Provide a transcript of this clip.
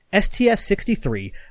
STS-63